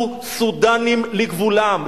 "ושבו סודנים לגבולם".